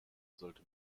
sollte